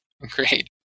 Great